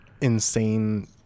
insane